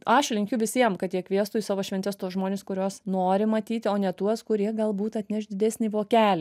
aš linkiu visiem kad jie kviestų į savo šventes tuos žmones kuriuos nori matyti o ne tuos kurie galbūt atneš didesnį vokelį